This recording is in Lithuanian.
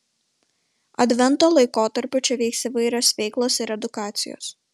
advento laikotarpiu čia vyks įvairios veiklos ir edukacijos